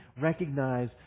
recognize